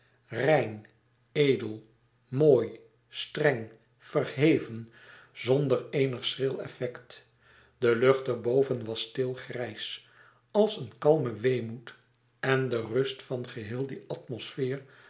rein edel mooi streng verheven zonder eenig schril effect de lucht er boven was stil grijs als een kalme weemoed en de rust van geheel die atmosfeer